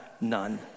none